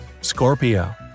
Scorpio